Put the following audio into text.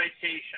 citation